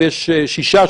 יש שישה,